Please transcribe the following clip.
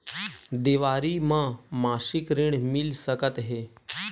देवारी म मासिक ऋण मिल सकत हे?